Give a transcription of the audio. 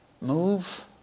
move